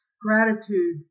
gratitude